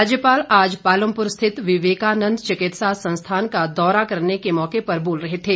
राज्यपाल आज पालमपुर स्थित विवेकानंद चिकित्सा संस्थान का दौरा करने के मौके पर बोल रहे थे